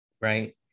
Right